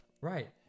right